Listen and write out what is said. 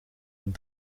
een